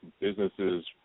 businesses